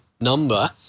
number